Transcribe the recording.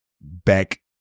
back